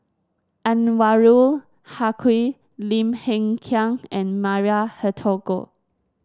Anwarul Haque Lim Hng Kiang and Maria Hertogh